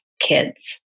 kids